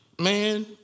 Man